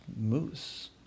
moose